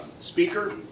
speaker